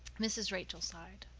mrs. rachel sighed.